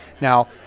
Now